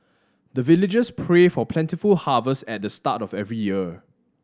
the villagers pray for plentiful harvest at the start of every year